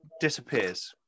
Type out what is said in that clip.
disappears